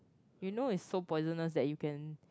you know it's so poisonous that you can